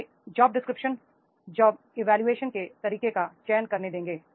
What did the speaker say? ये job description job evolution के तरीके का चयन करने देंगे